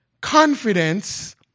confidence